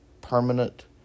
permanent